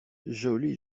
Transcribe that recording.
joli